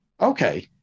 Okay